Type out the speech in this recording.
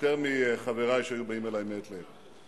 יותר מחברי שהיו באים אלי מעת לעת,